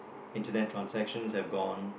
Internet transactions have gone